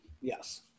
Yes